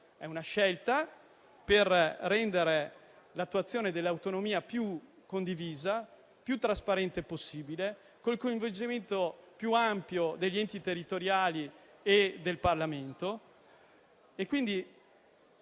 di una scelta volta a rendere l'attuazione dell'autonomia più condivisa e più trasparente possibile, con il coinvolgimento più ampio degli enti territoriali e del Parlamento.